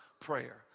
prayer